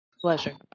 Pleasure